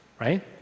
right